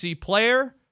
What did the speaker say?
player